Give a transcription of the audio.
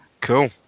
Cool